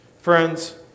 Friends